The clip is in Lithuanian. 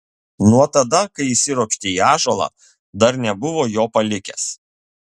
nuo tada kai įsiropštė į ąžuolą dar nebuvo jo palikęs